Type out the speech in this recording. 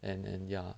and and ya